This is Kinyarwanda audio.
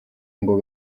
ngo